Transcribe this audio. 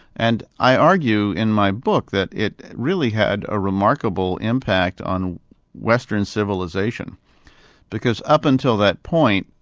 and i argue in my book that it really had a remarkable impact on western civilisation because up until that point,